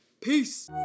Peace